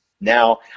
now